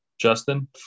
Justin